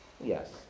Yes